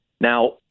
Now